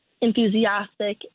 enthusiastic